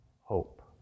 hope